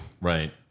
Right